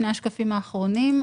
שני השקפים האחרונים,